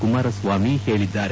ಕುಮಾರಸ್ವಾಮಿ ಹೇಳದ್ದಾರೆ